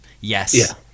Yes